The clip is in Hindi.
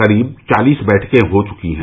करीब चालीस बैठकें हो चुकी हैं